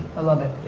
i love it.